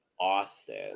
Austin